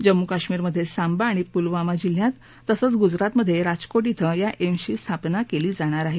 जम्मू कश्मीरमधे सांबा आणि पुलवामा जिल्ह्यात तसंच गुजरातमधे राजको ॐ या एम्सची स्थापना केली जाणार आहे